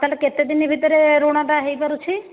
ତାହେଲେ କେତେଦିନି ଭିତରେ ଋଣଟା ହୋଇପାରୁଛି